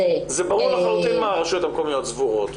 --- ברור לחלוטין מה הרשויות המקומיות סבורות.